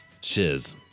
Shiz